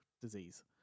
disease